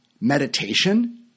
meditation